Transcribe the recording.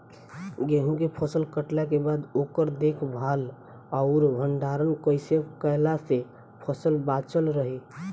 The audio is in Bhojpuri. गेंहू के फसल कटला के बाद ओकर देखभाल आउर भंडारण कइसे कैला से फसल बाचल रही?